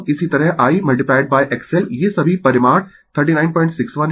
इसी तरह I X L ये सभी परिमाण 3961 है X L rLω है